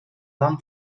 vam